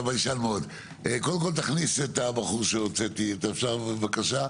תכניס את הבחור שהוצאתי, בבקשה.